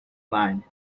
line